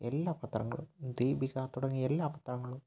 എല്ലാ പത്രങ്ങളും ദീപിക തുടങ്ങിയ എല്ലാ പത്രങ്ങളും